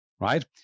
right